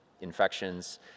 infections